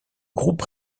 groupe